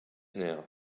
now